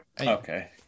okay